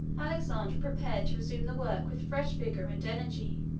alexander prepared to resume the work with fresh vigor and energy.